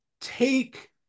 take